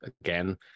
again